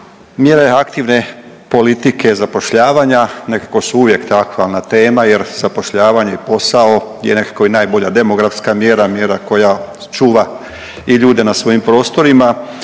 Mjere aktivne politike zapošljavanja nekako su uvijek aktualna tema, jer zapošljavanje je posao i nekako i najbolja demografska mjera, mjera koja čuva i ljude na svojim prostorima